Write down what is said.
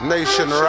Nation